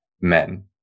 men